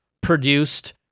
produced